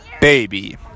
baby